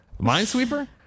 Minesweeper